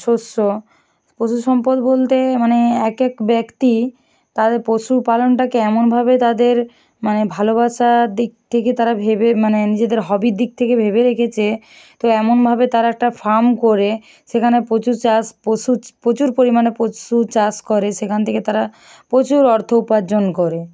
শস্য পশু সম্পদ বলতে মানে এক এক ব্যক্তি তাদের পশু পালনটাকে এমনভাবে তাদের মানে ভালোবাসার দিক থেকে তারা ভেবে মানে নিজেদের হবির দিক থেকে ভেবে রেখেছে তো এমনভাবে তারা একটা ফার্ম করে সেখানে প্রচুর চাষ পশুর প্রচুর পরিমাণে পশু চাষ করে সেখান থেকে তারা প্রচুর অর্থ উপার্জন করে